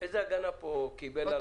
איזו הגנה קיבל פה הלקוח?